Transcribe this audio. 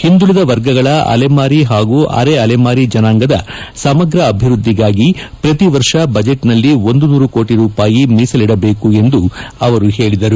ಹಿಂದುಳಿದ ವರ್ಗಗಳ ಅಲೆಮಾರಿ ಹಾಗೂ ಅರೆ ಅಲೆಮಾರಿ ಜನಾಂಗದ ಸಮಗ್ರ ಅಭಿವೃದ್ಧಿಗಾಗಿ ಪ್ರತಿ ವರ್ಷ ಬಜೆಟ್ನಲ್ಲಿ ಒಂದು ನೂರು ಕೋಟಿ ರೂಪಾಯಿ ಮೀಸಲಿಡಬೇಕು ಎಂದು ಹೇಳಿದರು